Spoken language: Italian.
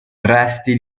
resti